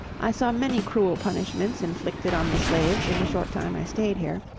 i saw many cruel punishments inflicted on the slaves in the short time i stayed here.